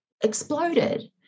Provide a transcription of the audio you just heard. exploded